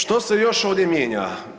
Što se još ovdje mijenja?